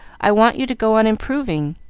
i want you to go on improving,